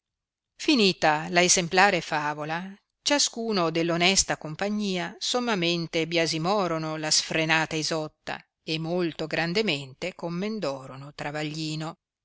finita la essemplare favola ciascuno dell onesta compagnia sommamente biasmorono la sfrenata isotta e molto grandemente commendorono travaglino